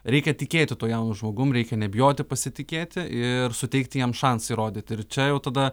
reikia tikėti tuo jaunu žmogum reikia nebijoti pasitikėti ir suteikti jam šansą įrodyti ir čia jau tada